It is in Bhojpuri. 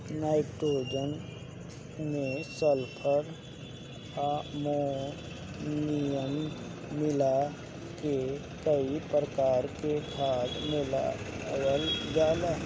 नाइट्रोजन में सल्फर, अमोनियम मिला के कई प्रकार से खाद बनावल जाला